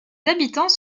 habitants